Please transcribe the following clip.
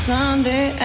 Sunday